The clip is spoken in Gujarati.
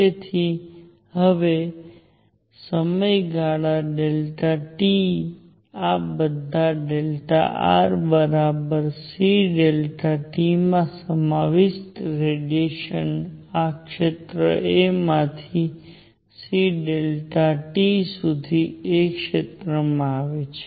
તેથી હવે સમય ગાળામાં t આ બધા rcΔt માં સમાવિષ્ટ તમામ રેડીએશન આ ક્ષેત્ર a માંથી c t સુધી a ક્ષેત્રમાં આવે છે